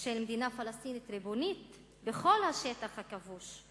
של מדינה פלסטינית ריבונית בכל השטח הכבוש,